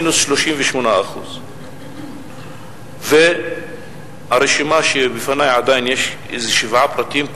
מינוס 38%. וברשימה שלפני עדיין יש איזה שבעה פרקים,